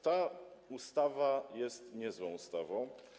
Ta ustawa jest niezłą ustawą.